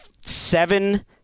seven